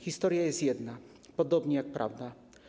Historia jest jedna, podobnie jak prawda.